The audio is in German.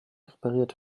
repariert